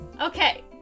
Okay